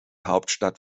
hauptstadt